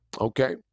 Okay